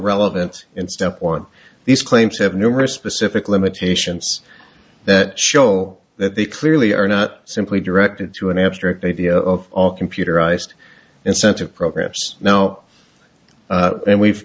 relevant in step one these claims have numerous specific limitations that show that they clearly are not simply directed to an abstract idea of all computerized incentive programs now and we've